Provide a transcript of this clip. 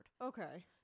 okay